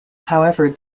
however